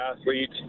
athlete